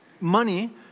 money